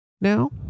Now